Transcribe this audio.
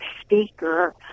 speaker